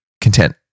content